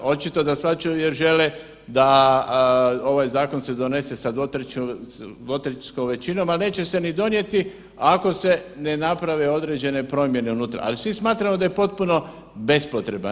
Očito da shvaćaju jer žele da ovaj zakon se donese sa dvotrećinskom većinom, a neće se ni donijeti ako se ne naprave određene promjene unutra, ali svi smatramo da je potpuno bespotreban.